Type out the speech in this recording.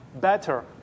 better